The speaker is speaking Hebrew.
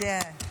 כן.